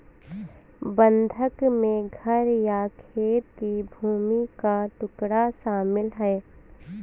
बंधक में घर या खेत की भूमि का टुकड़ा शामिल है